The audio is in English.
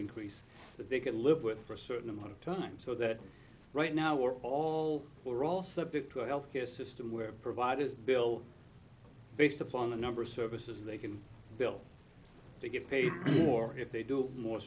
increase that they can live with for a certain amount of time so that right now we're all we're all subject to a health care system where providers bill based upon the number of services they can bill they get paid more if they do more